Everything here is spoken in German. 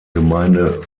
gemeinde